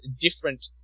different